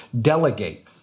Delegate